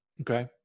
okay